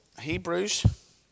Hebrews